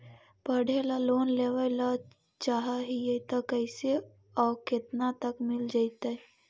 पढ़े ल लोन लेबे ल चाह ही त कैसे औ केतना तक मिल जितै?